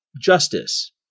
justice